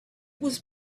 was